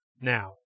now